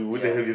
ya